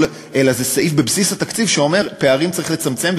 אלא זה סעיף בבסיס התקציב שאומר שפערים צריך לצמצם,